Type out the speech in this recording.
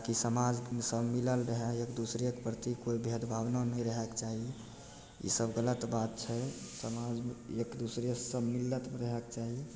ताकि समाजमे सब मिलल रहै एक दोसराके प्रति कोइ भेद भावना नहि रहैके चाही ईसब गलत बात छै समाजमे एक दोसरासे सब मिलिके रहैके चाही